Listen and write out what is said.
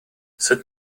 sud